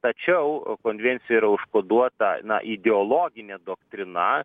tačiau konvencija yra užkoduota na ideologinė doktrina